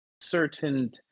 certain